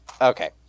Okay